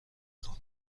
خورم